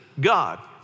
God